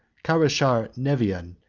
carashar nevian,